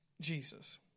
Jesus